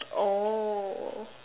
oh